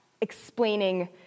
explaining